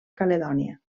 caledònia